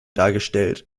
dargestellt